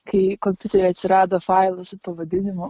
kai kompiuteryje atsirado failų su pavadinimu